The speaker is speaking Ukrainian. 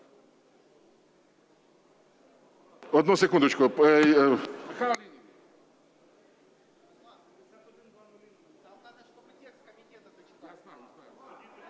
Одну секундочку.